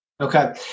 Okay